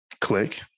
click